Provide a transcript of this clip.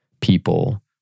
people